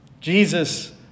Jesus